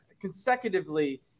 consecutively